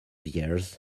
years